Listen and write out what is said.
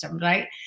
right